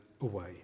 away